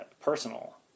personal